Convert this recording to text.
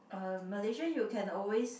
uh Malaysia you can always